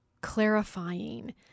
clarifying